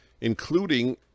including